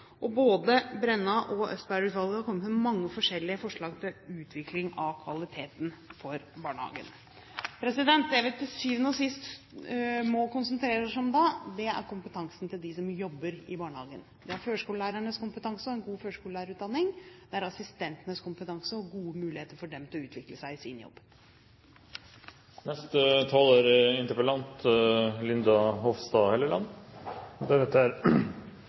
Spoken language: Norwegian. Både Brenna-utvalget og Østberg-utvalget har kommet med mange forskjellige forslag til utvikling av kvaliteten i barnehagene. Det vi til syvende og sist må konsentrere oss om da, er kompetansen til dem som jobber i barnehagene: førskolelærernes kompetanse og en god førskolelærerutdanning og assistentenes kompetanse og gode muligheter for dem til å utvikle seg i sin